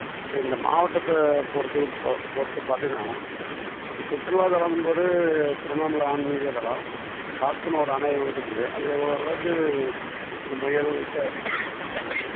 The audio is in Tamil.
இந்த மாவட்டத்தை பொறுத்து இப்போது பொறுத்து பாத்தோனா சுற்றுலாத்தலன்னும்போது திருவண்ணாமலை ஆன்மீகத்தலம் சாத்தனூர் அணை வந்து இருக்குது அங்கே ஓரளவுக்கு இந்த முயல்